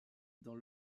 dans